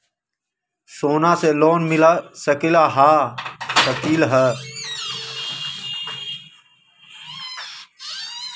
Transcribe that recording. सोना से लोन मिल सकलई ह?